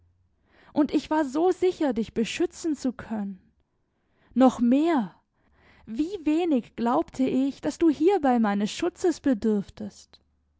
und ich war so sicher dich beschützen zu können noch mehr wie wenig glaubte ich daß du hierbei meines schutzes